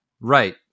right